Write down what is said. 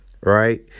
Right